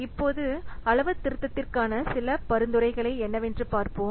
இப்போது அளவுத்திருத்தத்திற்கான சில பரிந்துரைகளைப் என்னவென்று பார்ப்போம்